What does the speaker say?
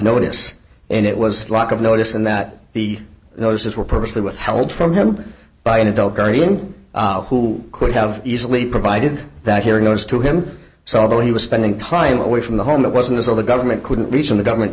notice and it was luck of notice and that the notices were purposely withheld from him by an adult guardian who could have easily provided that hearing notice to him so although he was spending time away from the home it wasn't until the government couldn't reach him the government